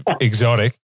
Exotic